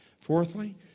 Fourthly